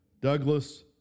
Douglas